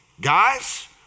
Guys